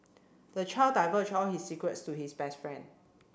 the child divulged all his secrets to his best friend